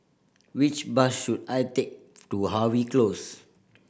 which bus should I take to Harvey Close